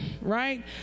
right